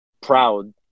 proud